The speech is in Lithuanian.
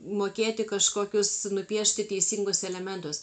mokėti kažkokius nupiešti teisingus elementus